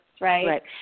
Right